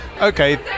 Okay